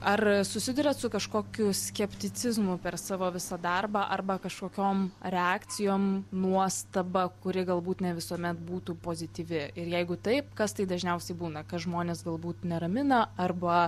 ar susiduriat su kažkokiu skepticizmu per savo visą darbą arba kažkokiom reakcijom nuostaba kuri galbūt ne visuomet būtų pozityvi ir jeigu taip kas tai dažniausiai būna kas žmonės galbūt neramina arba